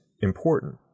Important